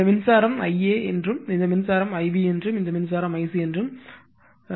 இந்த மின்சாரம் ஐஏ என்றும் இந்த மின்சாரம் ஐபி என்றும் இந்த மின்சாரம் ஐ சி என்றும் கூறுகிறது